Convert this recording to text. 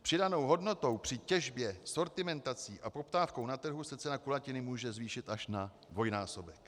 Přidanou hodnotou při těžbě, sortimentací a poptávkou na trhu se cena kulatiny může zvýšit až na dvojnásobek.